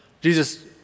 Jesus